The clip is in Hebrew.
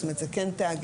זאת אומרת זה כן תאגיד.